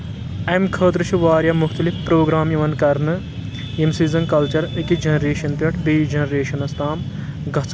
امہِ خٲطرٕ چھُ واریاہ مُختلِف پروگرام یِوان کرنہٕ ییٚمہِ سۭۍ زن کلچر أکِس جنریشن پؠٹھ بیٚیِس جنریشنس تام گژھان چھُ